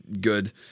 good